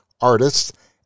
artists